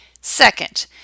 Second